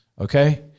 Okay